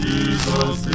Jesus